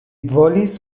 volis